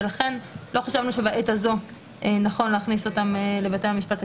לכן לא חשבנו שבעת הזאת נכון להכניס אותם לבתי המשפט הקהילתיים.